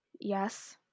Yes